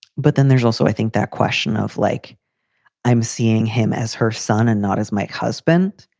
but then there's also, i think, that question of like i'm seeing him as her son and not as my husband.